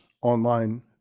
online